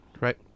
right